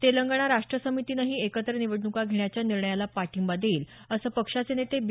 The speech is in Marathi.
तेलंगणा राष्ट्र समितीनंही एकत्र निवडणुका घेण्याच्या निर्णयाला पाठिंबा देईल असं पक्षाचे नेते बी